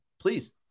Please